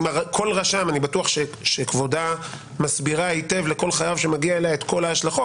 אני בטוח שכבודה מסבירה היטב לכל חייב שמגיע אליה את כל ההשלכות,